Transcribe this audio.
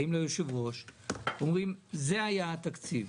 באים ליושב-ראש, אומרים: זה היה התקציב,